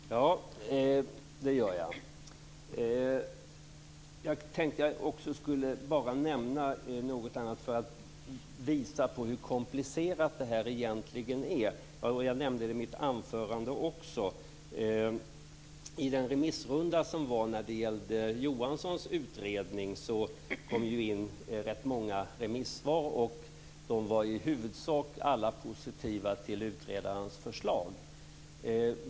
Fru talman! Ja, det gör jag. Jag tänkte att jag skulle nämna något annat för att visa på hur komplicerat det egentligen är. Jag nämnde det också i mitt anförande. I den remissrunda som var på Johanssons utredning kom rätt många remissvar in. De var i huvudsak alla positiva till utredarens förslag.